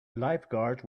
lifeguards